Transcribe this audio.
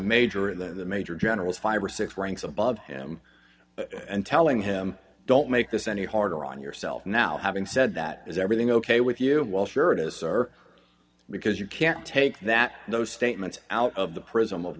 major in the major general's five or six ranks above him and telling him don't make this any harder on yourself now having said that is everything ok with you well sure it is sir because you can't take that those statements out of the pris